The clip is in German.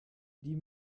die